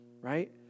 right